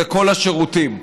לכל השירותים.